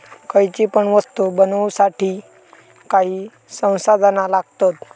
खयची पण वस्तु बनवुसाठी काही संसाधना लागतत